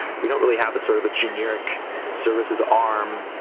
we don't really have a sort of a generic services arm.